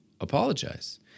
Apologize